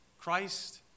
Christ